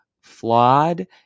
flawed